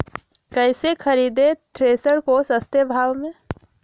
कैसे खरीदे थ्रेसर को सस्ते भाव में?